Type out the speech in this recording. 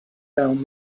down